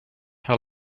her